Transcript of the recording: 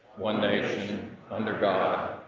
one nation under god,